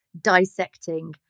dissecting